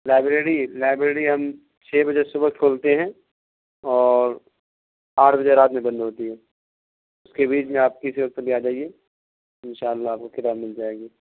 library library ہم چھ بجے صبح کھولتے ہیں اور آٹھ بجے رات میں بند ہوتی ہے اس کے بیچ میں آپ کسی وقت بھی آ جائیے ان شاء اللہ آپ کو کتاب مل جائے گی